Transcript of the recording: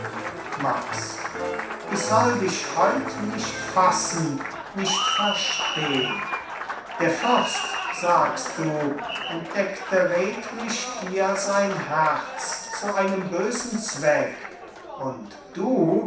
max ich soll dich heut nicht fassen nicht verstehn der fürst sagst du entdeckte redlich dir sein herz zu einem bösen zweck und du